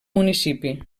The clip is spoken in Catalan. municipi